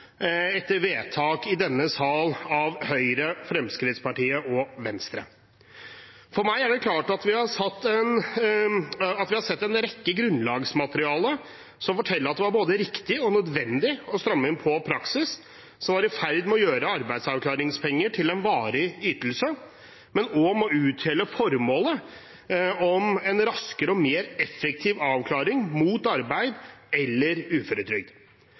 etter vedtak i denne sal av bl.a. Høyre, Fremskrittspartiet og Venstre. For meg er det klart at vi har sett en rekke med grunnlagsmateriale som forteller at det var både riktig og nødvendig å stramme inn på en praksis som var i ferd med å gjøre arbeidsavklaringspenger til en varig ytelse, og uthule formålet om en raskere og mer effektiv avklaring mot arbeid eller uføretrygd.